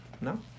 No